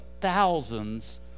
thousands